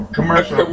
commercial